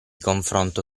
confronto